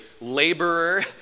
laborer